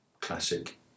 Classic